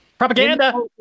Propaganda